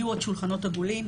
יהיו עוד שולחנות עגולים.